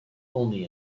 only